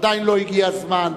עדיין לא הגיע זמן,